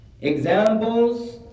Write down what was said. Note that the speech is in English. examples